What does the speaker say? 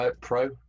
Pro